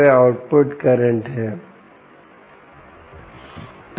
वह output current है